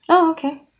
oh okay